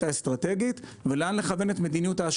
האסטרטגית ולא לכוון את מדיניות ההשקעות.